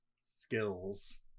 skills